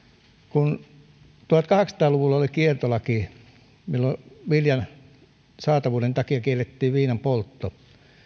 kun tuhatkahdeksansataa luvulla oli kieltolaki jolla viljan saatavuuden takia kiellettiin viinanpoltto